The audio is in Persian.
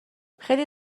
خیلی